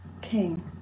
King